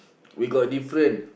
we got different